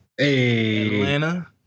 Atlanta